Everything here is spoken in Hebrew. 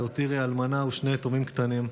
והותיר אלמנה ושני יתומים קטנים.